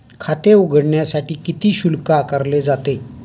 खाते उघडण्यासाठी किती शुल्क आकारले जाते?